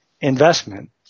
investment